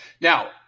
Now